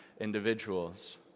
individuals